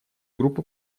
группы